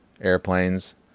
airplanes